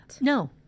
no